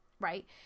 Right